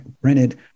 printed